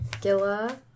Gilla